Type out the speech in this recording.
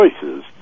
choices